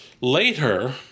Later